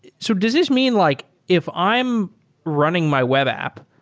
so does this mean like if i am running my web app,